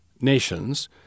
nations